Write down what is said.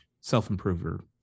self-improver